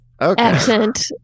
accent